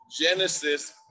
genesis